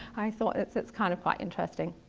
i thought it's it's kind of quite interesting.